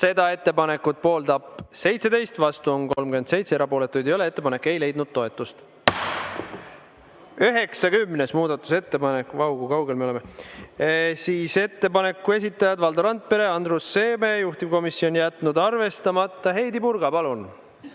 Seda ettepanekut pooldab 17, vastu on 37, erapooletuid ei ole. Ettepanek ei leidnud toetust. 90. muudatusettepanek – vau, kui kaugel me oleme! Ettepaneku esitajad on Valdo Randpere ja Andrus Seeme, juhtivkomisjon jätnud arvestamata. Heidy Purga, palun!